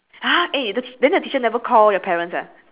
!huh! eh the t~ then the teacher never call your parents eh